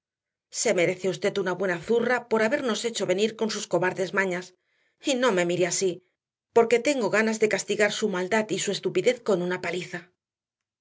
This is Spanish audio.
se merece usted una buena zurra por habernos hecho venir con sus cobardes mañas y no me mire así porque tengo ganas de castigar su maldad y su estupidez con una paliza